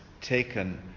taken